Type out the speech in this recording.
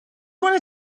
wanna